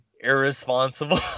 irresponsible